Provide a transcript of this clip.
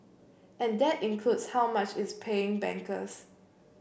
and that includes how much it's paying bankers